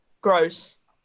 gross